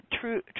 true